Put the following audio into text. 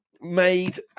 made